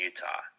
Utah